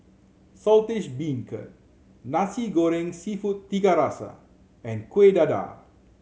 Saltish Beancurd Nasi Goreng Seafood Tiga Rasa and Kuih Dadar